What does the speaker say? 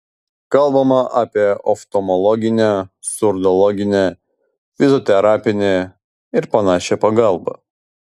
kalbama apie oftalmologinę surdologinę fizioterapinę ir panašią pagalbą